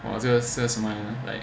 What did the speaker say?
!wah! 这个是什么来的 like